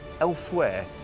elsewhere